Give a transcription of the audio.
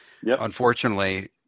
Unfortunately